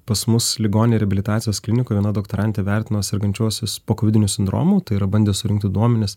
pas mus ligonių reabilitacijos klinikoj viena doktorantė vertino sergančiuosius pokovidiniu sindromu tai yra bandė surinkti duomenis